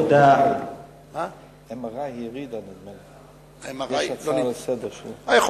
נדמה לי שהיא הורידה את נושא MRI. יש הצעה שלה לסדר-היום.